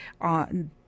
on